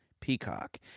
peacock